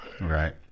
Right